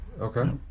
okay